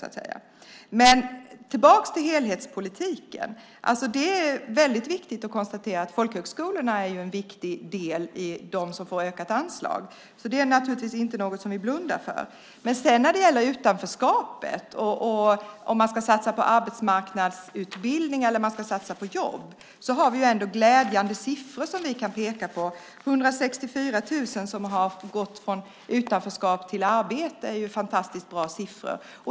Jag går tillbaka till helhetspolitiken. Det är väldigt viktigt att konstatera att folkhögskolorna är en viktig del av dem som får ökat anslag. Det är inte något som vi blundar för. Men när det gäller utanförskapet och om man ska satsa på arbetsmarknadsutbildning eller jobb har vi ändå glädjande siffror som vi kan peka på. Det är 164 000 som har gått från utanförskap till arbete. Det är fantastiskt bra siffror.